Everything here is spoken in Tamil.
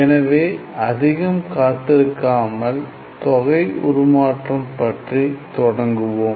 எனவே அதிகம் காத்திருக்காமல் தொகை உருமாற்றம் பற்றித் தொடங்குவோம்